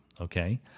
okay